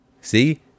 See